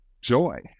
joy